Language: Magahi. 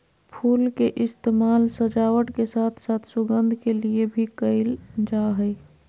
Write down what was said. फुल के इस्तेमाल सजावट के साथ साथ सुगंध के लिए भी कयल जा हइ